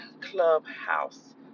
Clubhouse